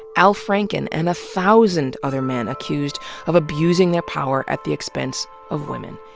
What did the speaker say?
al franken, and a thousand other men accused of abusing their power at the expense of women.